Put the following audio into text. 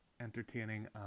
entertaining